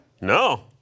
No